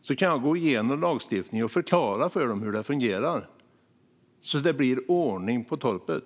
Jag kan gå igenom lagstiftningen och förklara för dem hur det fungerar så att det blir ordning på torpet.